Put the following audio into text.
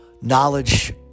knowledge